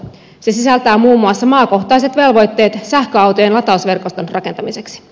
se sisältää muun muassa maakohtaiset velvoitteet sähköautojen latausverkoston rakentamiseksi